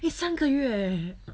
eh 三个月 eh